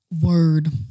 Word